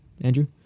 Andrew